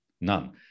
None